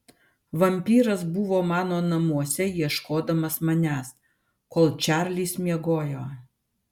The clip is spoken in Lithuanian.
vampyras buvo mano namuose ieškodamas manęs kol čarlis miegojo